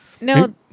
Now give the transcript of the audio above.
No